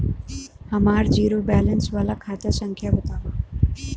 हमार zero balance वाला खाता संख्या वतावा?